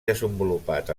desenvolupat